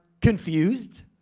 confused